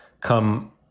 come